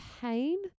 pain